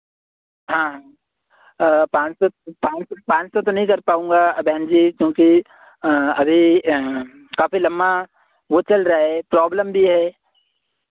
हाँ पाँच सौ पाँच सौ तो नहीं कर पाऊंगा बहन जी क्योंकि अभी काफी लम्बा वो चल रहा है प्रॉब्लम भी है